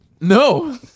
No